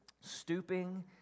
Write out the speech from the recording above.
stooping